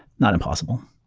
not impossible.